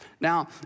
Now